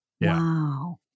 Wow